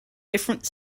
different